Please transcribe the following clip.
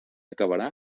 acabarà